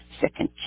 second